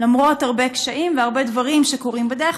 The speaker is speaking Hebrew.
למרות הרבה קשיים והרבה דברים שקורים בדרך,